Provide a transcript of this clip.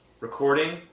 recording